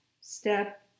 step